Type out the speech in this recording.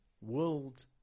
world